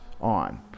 on